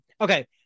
Okay